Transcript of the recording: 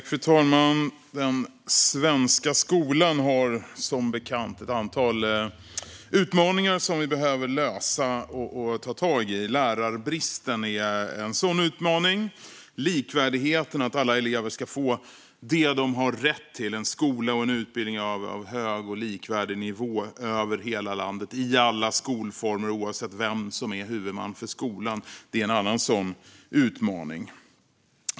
Fru talman! Den svenska skolan har som bekant ett antal utmaningar som vi behöver ta tag i och lösa. Lärarbristen är en sådan utmaning. Likvärdigheten - att alla elever ska få det de har rätt till, nämligen en skola och en utbildning på hög och likvärdig nivå, över hela landet, i alla skolformer och oavsett vem som är huvudman för skolan - är en annan sådan utmaning.